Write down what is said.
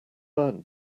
man